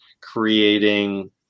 creating